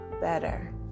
better